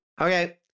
okay